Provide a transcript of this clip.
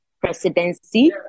presidency